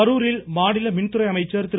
கரூரில் மாநில மின்துறை அமைச்சர் திரு